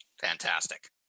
fantastic